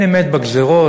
אין אמת בגזירות,